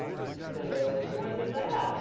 so who wants to sign